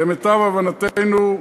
למיטב הבנתנו,